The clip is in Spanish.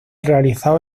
realizado